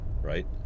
right